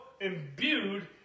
imbued